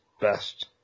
best